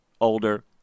older